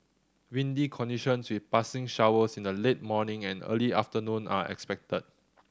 windy conditions with passing showers in the late morning and early afternoon are expected